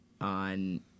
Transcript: on